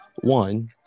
one